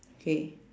K